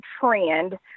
trend